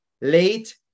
late